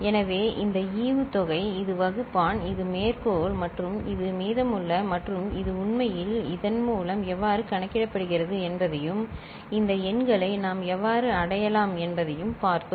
எனவே இது ஈவுத்தொகை இது வகுப்பான் இது மேற்கோள் மற்றும் இது மீதமுள்ள மற்றும் இது உண்மையில் இதன் மூலம் எவ்வாறு கணக்கிடப்படுகிறது என்பதையும் இந்த எண்களை நாம் எவ்வாறு அடையலாம் என்பதையும் பார்த்தோம்